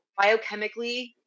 biochemically